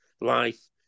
life